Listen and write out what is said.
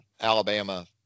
Alabama